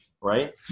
Right